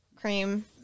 cream